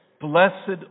Blessed